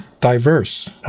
diverse